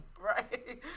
Right